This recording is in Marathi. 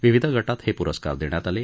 विविध गटात हे प्रस्कार देण्यात आले